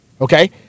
Okay